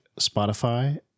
Spotify